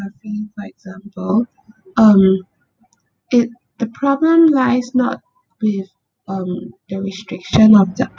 for example um it the problem lies not with um the restriction of the